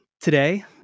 Today